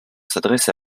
s’adresse